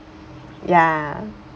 ya